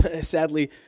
sadly